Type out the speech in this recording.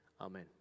Amen